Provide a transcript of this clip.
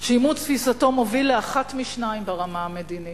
שאימוץ תפיסתו מוביל לאחת משתיים ברמה המדינית: